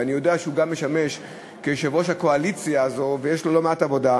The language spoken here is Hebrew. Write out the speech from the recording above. ואני יודע שהוא גם משמש כיושב-ראש הקואליציה הזו ויש לו לא מעט עבודה,